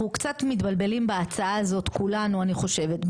אנחנו קצת מתבלבלים בהצעה הזאת כולנו אני חושבת,